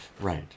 Right